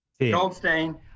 Goldstein